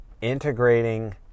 integrating